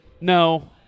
No